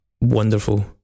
wonderful